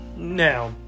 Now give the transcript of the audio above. Now